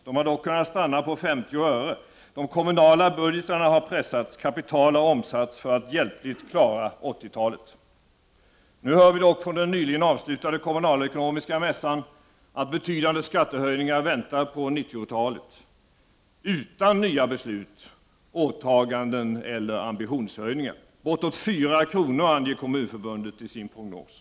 De har dock kunnat stanna på 50 öre. De kommunala budgetarna har pressats, kapital har omsatts för att hjälpligt klara 80-talet. Nu hör vi dock från den nyligen avslutade kommunalekonomiska mässan att betydande skattehöjningar väntar på 90-talet, utan nya beslut, åtaganden eller ambitionshöjningar. Bortåt 4 kr. anger Kommunförbundet i sin prognos.